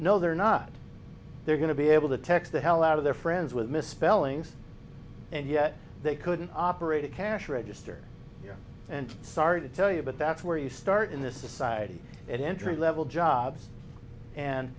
no they're not they're going to be able to text the hell out of their friends with misspellings and yet they couldn't operate a cash register and start to tell you but that's where you start in this society at entry level jobs and